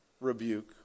rebuke